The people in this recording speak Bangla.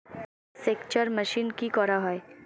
সেকচার মেশিন কি করা হয়?